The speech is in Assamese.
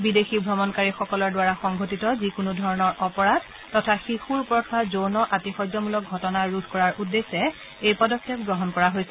বিদেশী ভ্ৰমণকাৰীসকলৰ দ্বাৰা সংঘটিত যিকোনো ধৰণৰ অপৰাধ তথা শিশুৰ ওপৰত হোৱা যৌন আতিশয্যমলক ঘটনা ৰোধ কৰাৰ উদ্দেশ্যে এই পদক্ষেপ গ্ৰহণ কৰা হৈছে